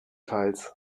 teils